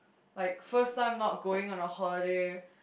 like first time not going for a holiday